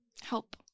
help